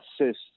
assist